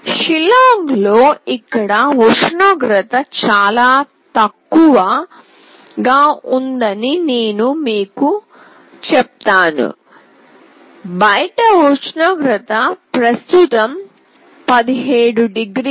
షిల్లాంగ్లో ఇక్కడ ఉష్ణోగ్రత చాలా తక్కువగా ఉందని నేను మీకు చెప్తాను బయటి ఉష్ణోగ్రత ప్రస్తుతం 17 డిగ్రీలు